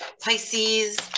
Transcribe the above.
Pisces